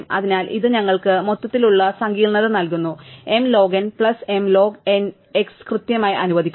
അതിനാൽ ഇത് ഞങ്ങൾക്ക് മൊത്തത്തിലുള്ള സങ്കീർണ്ണത നൽകുന്നു m log n plus M log n x കൃത്യമായി അനുവദിക്കുക